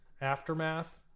Aftermath